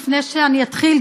לפני שאתחיל,